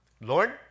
Lord